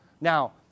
Now